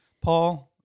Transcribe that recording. Paul